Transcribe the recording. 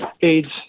AIDS